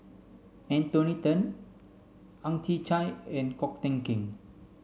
Anthony Then Ang Chwee Chai and Ko Teck Kin